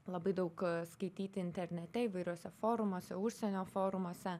labai daug skaityti internete įvairiuose forumuose užsienio forumuose